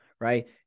right